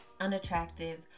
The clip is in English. unattractive